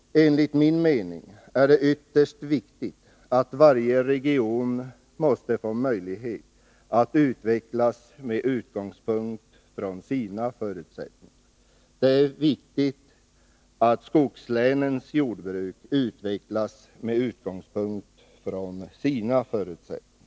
Enligt min mening är det ytterst viktigt att varje region får möjlighet att utvecklas med utgångspunkt i sina förutsättningar. Det är också viktigt att skogslänens jordbruk utvecklas med utgångspunkt i sina förutsättningar.